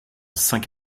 cinq